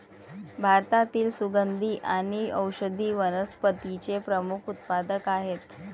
भारतातील सुगंधी आणि औषधी वनस्पतींचे प्रमुख उत्पादक आहेत